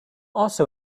also